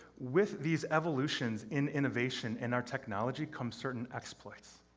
with these evolutions in innovation and our technology come certain exploits.